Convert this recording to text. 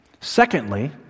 Secondly